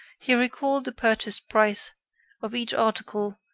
he recalled the purchase price of each article,